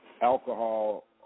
alcohol